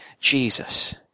Jesus